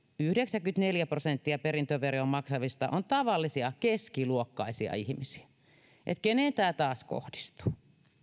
yhdeksänkymmentäneljä prosenttia perintöveroa maksavista on tavallisia keskiluokkaisia ihmisiä eli keneen tämä taas kohdistuu